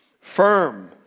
Firm